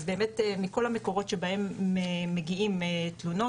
אז באמת מכל המקורות שמהם מגיעים תלונות,